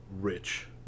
rich